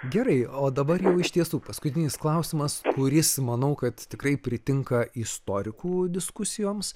gerai o dabar jau iš tiesų paskutinis klausimas kuris manau kad tikrai pritinka istorikų diskusijoms